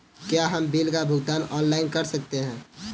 क्या हम बिल का भुगतान ऑनलाइन कर सकते हैं?